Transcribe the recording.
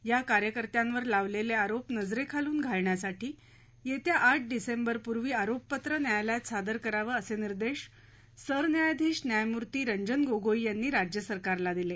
या कार्यकर्त्यांवर लावलेले आरोप नजरेखालून घालण्यासाठी येत्या आठ डिसेंबरपूर्वी आरोपपत्र न्यायालयात सादर करावं असे निर्देश सरन्यायाधीश न्यायमूर्ती रंजन गोगोई यांनी राज्यसरकारला दिले